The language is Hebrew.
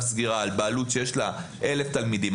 סגירה על בעלות שיש לה 1,000 תלמידים,